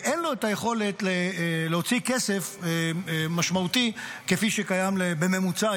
ואין לו את היכולת להוציא כסף משמעותי כפי שקיים בממוצע,